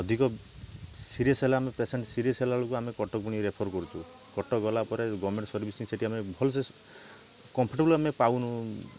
ଅଧିକ ସିରିଏସ୍ ହେଲେ ଆମେ ପେସେଣ୍ଟ ସିରିଏସ୍ ହେଲାବେଳକୁ ଆମେ କଟକ ପୁଣି ରେଫର୍ କରୁଛୁ କଟକ ଗଲାପରେ ଗଭ୍ମେଣ୍ଟ ସର୍ଭିସିଂ ସେଠି ଆମେ ଭଲସେ କମ୍ଫଟେବୁଲ୍ ଆମେ ପାଉନୁ